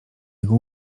jego